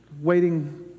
waiting